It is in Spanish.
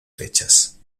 fechas